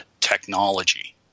technology